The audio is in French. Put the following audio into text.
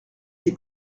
des